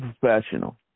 professional